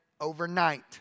overnight